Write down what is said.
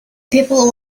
people